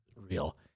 real